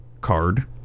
card